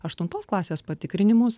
aštuntos klasės patikrinimus